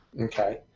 Okay